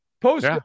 post